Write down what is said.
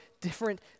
different